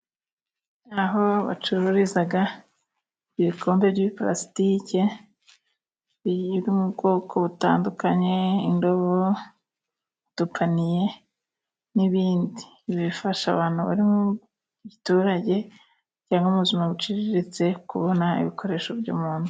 Aho bacururiza ibikombe by'iplasitike, biri mu bwoko butandukanye indobo, udupaniye n'ibindi, ibi bifasha abantu bari mu giturage cyangwa mu buzima buciriritse, kubona ibikoresho byo mu nzu.